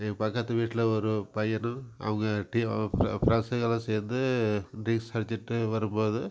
என் பக்கத்து வீட்டில் ஒரு பையனும் அவங்க டீம் ஃப்ரெண்ட்ஸுகளும் சேர்ந்து ட்ரிங்ஸ் அடிச்சுட்டு வரும் போது